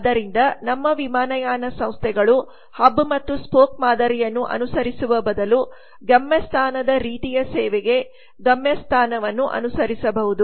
ಆದ್ದರಿಂದ ನಮ್ಮ ವಿಮಾನಯಾನ ಸಂಸ್ಥೆಗಳು ಹಬ್ ಮತ್ತು ಸ್ಪೋಕ್ Hub Spoke ಮಾದರಿಯನ್ನು ಅನುಸರಿಸುವ ಬದಲು ಗಮ್ಯಸ್ಥಾನದ ರೀತಿಯ ಸೇವೆಗೆ ಗಮ್ಯಸ್ಥಾನವನ್ನು ಅನುಸರಿಸಬಹುದು